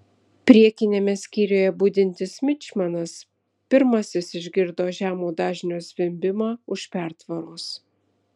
priekiniame skyriuje budintis mičmanas pirmasis išgirdo žemo dažnio zvimbimą už pertvaros